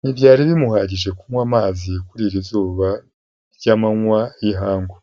Ntibyari bimuhagije kunywa amazi kuri iri zuba ry'amanywa y'ihangu,